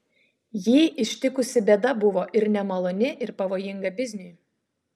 jį ištikusi bėda buvo ir nemaloni ir pavojinga bizniui